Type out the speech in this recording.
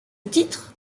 titre